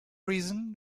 reason